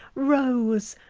rose,